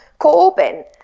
Corbyn